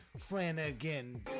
Flanagan